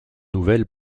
nouvelles